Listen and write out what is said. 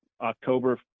october